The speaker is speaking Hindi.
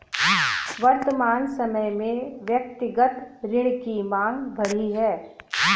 वर्तमान समय में व्यक्तिगत ऋण की माँग बढ़ी है